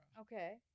Okay